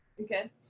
Okay